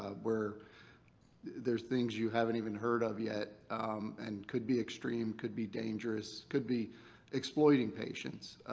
ah where there are things you haven't even heard of yet and could be extreme, could be dangerous, could be exploiting patients?